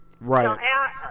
Right